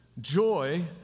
Joy